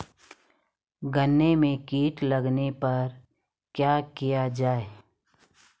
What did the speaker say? गन्ने में कीट लगने पर क्या किया जाये?